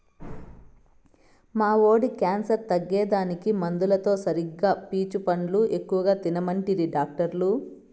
మా వోడి క్యాన్సర్ తగ్గేదానికి మందులతో సరిగా పీచు పండ్లు ఎక్కువ తినమంటిరి డాక్టర్లు